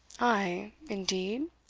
ay! indeed?